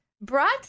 brought